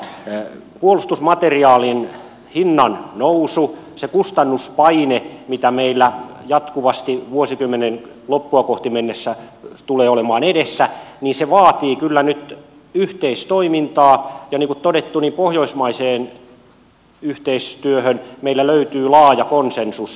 mutta puolustusmateriaalin hinnannousu se kustannuspaine joka meillä jatkuvasti vuosikymmenen loppua kohti mennessä tulee olemaan edessä vaatii kyllä nyt yhteistoimintaa ja niin kuin todettu pohjoismaiseen yhteistyöhön meillä löytyy laaja konsensus